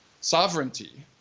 sovereignty